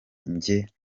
jye